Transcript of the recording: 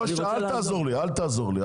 אל תעזור לי,